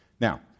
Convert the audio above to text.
Now